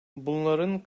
bunların